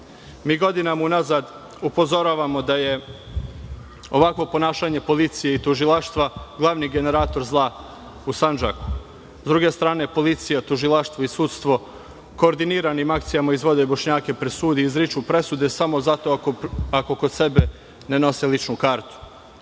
Mi godinama u nazad upozoravamo da je ovakvo ponašanje policije i tužilaštva glavni generator zla u Sandžaku. S druge strane policija, tužilaštvo i sudstvo koordiniranim akcijama izvode Bošnjake pred sud i izriču posude, samo zato ako kod sebe ne nose ličnu kartu.